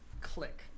click